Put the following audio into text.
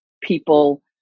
people